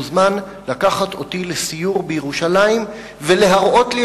מוזמן לקחת אותי לסיור בירושלים ולהראות לי